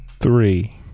three